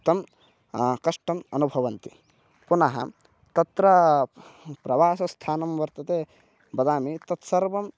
तं कष्टम् अनुभवन्ति पुनः तत्र प्रवासस्थानं वर्तते बदामि तत् सर्वं